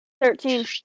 Thirteen